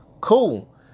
cool